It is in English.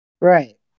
Right